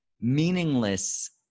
meaningless